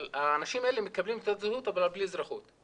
האנשים האלה מקבלים תעודת זהות אבל בלי אזרחות.